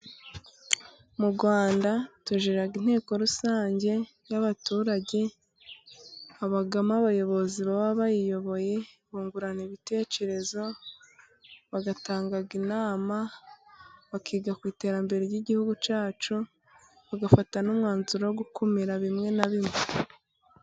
Mu Rwanda tugira inteko rusange y'abaturage, habamo abayobozi baba bayiyoboye, bungurana ibitekerezo bagatanga inama, bakiga ku iterambere ry'igihugu cyacu, bagafata n'umwanzuro wo gukumira, bimwe na bimwe.